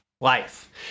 life